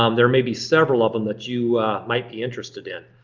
um there may be several of them that you might be interested in.